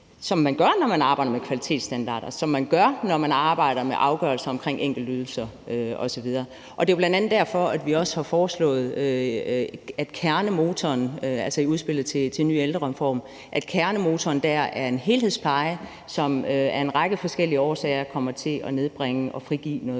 som man gør, når man arbejder med kvalitetsstandarder, og sådan som man gør, når man arbejder med afgørelser omkring enkeltydelser osv. Det er bl.a. derfor, vi også har foreslået, at kernen og motoren i udspillet til en ny ældrereform er en helhedspleje, som af en række forskellige årsager kommer til at nedbringe bureaukratiet